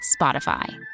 Spotify